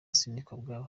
sindikubwabo